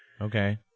Okay